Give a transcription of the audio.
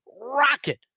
rocket